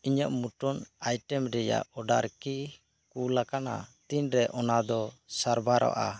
ᱤᱧᱟᱹᱜ ᱢᱩᱴᱚᱱ ᱟᱭᱴᱮᱢ ᱨᱮᱭᱟᱜ ᱚᱰᱟᱨ ᱠᱤ ᱠᱩᱞ ᱟᱠᱟᱱᱟ ᱛᱤᱱᱨᱮ ᱚᱱᱟᱫᱚ ᱥᱟᱨᱵᱟᱨᱚᱜᱼᱟ